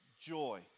joy